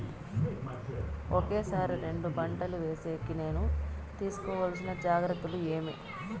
ఒకే సారి రెండు పంటలు వేసేకి నేను తీసుకోవాల్సిన జాగ్రత్తలు ఏమి?